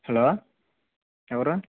hello ఎవరు